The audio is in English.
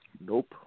Nope